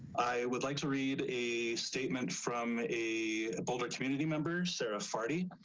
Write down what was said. i would like to read a statement from a boulder community members sarah farty